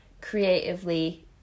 creatively